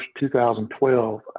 2012